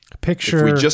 Picture